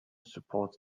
supports